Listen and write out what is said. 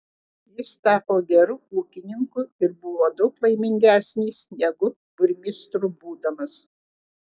jis tapo geru ūkininku ir buvo daug laimingesnis negu burmistru būdamas